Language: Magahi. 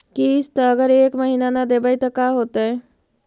किस्त अगर एक महीना न देबै त का होतै?